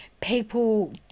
people